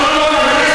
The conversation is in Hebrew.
ממך.